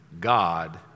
God